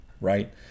right